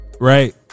Right